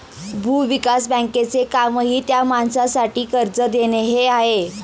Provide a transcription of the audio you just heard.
भूविकास बँकेचे कामही त्या माणसासाठी कर्ज देणे हे आहे